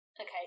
Okay